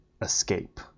Escape